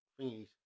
thingies